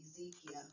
Ezekiel